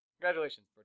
Congratulations